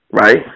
right